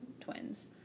twins